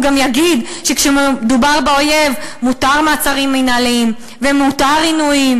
הוא גם יגיד שכשמדובר באויב מותר מעצרים מינהליים ומותר עינויים,